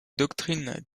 doctrines